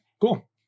Cool